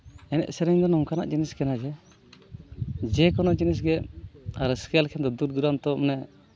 ᱮᱱᱮᱡ ᱥᱮᱨᱮᱧ ᱫᱚ ᱱᱚᱝᱠᱟᱱᱟᱜ ᱡᱤᱱᱤᱥ ᱠᱟᱱᱟ ᱡᱮ ᱠᱳᱱᱳ ᱡᱤᱱᱤᱥᱜᱮ ᱨᱟᱹᱥᱠᱟᱹ ᱞᱮᱠᱷᱟᱱ ᱫᱚ ᱫᱩ ᱫᱩᱨᱟᱱᱛᱚ ᱢᱟᱱᱮ